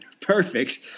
perfect